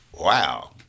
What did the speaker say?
wow